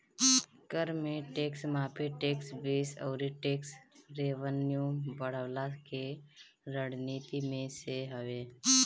कर में टेक्स माफ़ी, टेक्स बेस अउरी टेक्स रेवन्यू बढ़वला के रणनीति में से हवे